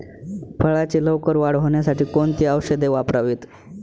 फळाची लवकर वाढ होण्यासाठी कोणती औषधे वापरावीत?